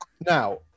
Now